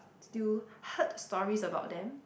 still heard stories about them